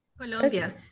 Colombia